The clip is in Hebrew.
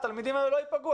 התלמידים האלה לא ייפגעו.